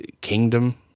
Kingdom